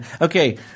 Okay